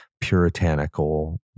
puritanical